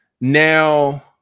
Now